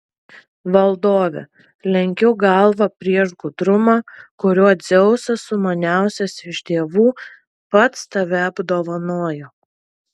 valdove lenkiu galvą prieš gudrumą kuriuo dzeusas sumaniausias iš dievų pats tave apdovanojo